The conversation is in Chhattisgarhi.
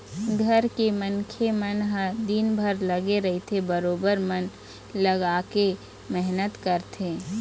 घर के मनखे मन ह दिनभर लगे रहिथे बरोबर मन लगाके मेहनत करथे